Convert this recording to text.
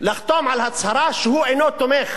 לחתום על הצהרה שהוא אינו תומך